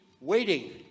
waiting